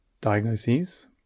diagnoses